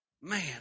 Man